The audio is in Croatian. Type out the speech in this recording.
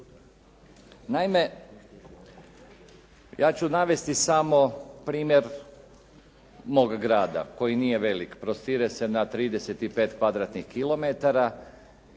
Naime ja ću navesti samo primjer mog grada koji nije velik. Prostire se na 35